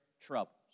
troubles